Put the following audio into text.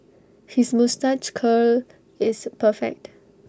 his moustache curl is perfect